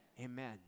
Amen